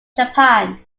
japan